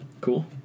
Cool